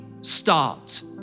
start